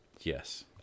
Yes